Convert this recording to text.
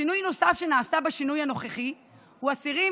שינוי נוסף שנעשה בשינוי הנוכחי הוא לאסירים